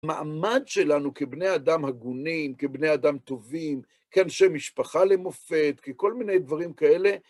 מעמד שלנו כבני אדם הגונים, כבני אדם טובים, כאנשי משפחה למופת, ככל מיני דברים כאלה,